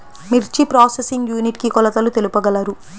మిర్చి processing unit కి కొలతలు తెలుపగలరు?